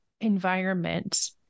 environment